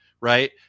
right